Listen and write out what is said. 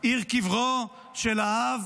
/ עיר קברו של האב